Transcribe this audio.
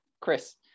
Chris